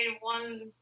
one